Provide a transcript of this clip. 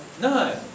No